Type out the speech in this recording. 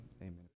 amen